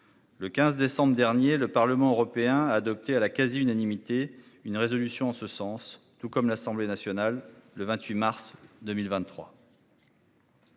Le 15 décembre dernier, le Parlement européen a adopté à la quasi-unanimité, une résolution en ce sens, tout comme l'Assemblée nationale le 28 mars 2023.